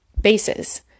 bases